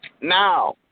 Now